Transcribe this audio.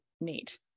neat